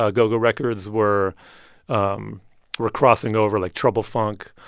ah go-go records were um were crossing over. like trouble funk,